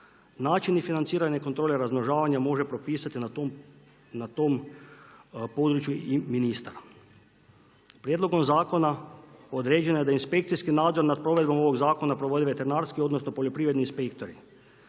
načini financiranja i kontrole razmnožavanja može propisati na tom području i ministar. Prijedlogom zakona određeno je da inspekcijski nadzor nad provedbom ovog zakona provodi veterinarski, odnosno poljoprivredni inspektori,